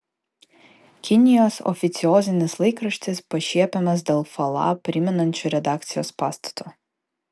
kinijos oficiozinis laikraštis pašiepiamas dėl falą primenančio redakcijos pastato